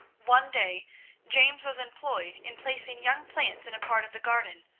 one day james was employed in placing young plants in a part of the garden,